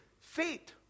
Faith